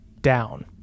down